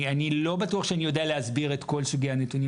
אני לא בטוח שאני יודע להסביר את כל סוגי הנתונים